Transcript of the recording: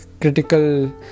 critical